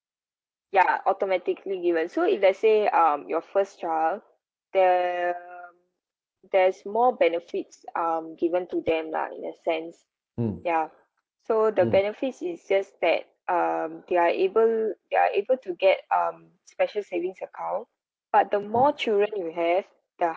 ya automatically given so if let's say um your first child the um there's more benefits um given to them lah in a sense ya so the benefits is just that um they are able they are able to get um special savings account but the more children you have the